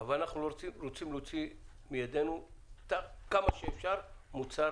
אבל אנחנו רוצים להוציא מידינו כמה שאפשר מוצר